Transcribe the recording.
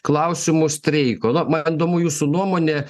klausimu streiko na man įdomu jūsų nuomonė